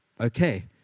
Okay